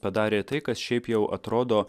padarė tai kas šiaip jau atrodo